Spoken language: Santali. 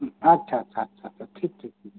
ᱟᱪᱪᱷᱟ ᱟᱪᱪᱷᱟ ᱴᱷᱤᱠ ᱴᱷᱤᱠ